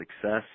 success